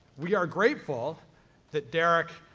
we are grateful that derrick,